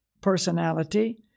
personality